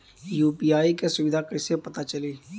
UPI क सुविधा कैसे पता चली?